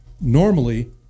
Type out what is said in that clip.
normally